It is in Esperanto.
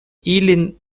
ilin